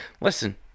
listen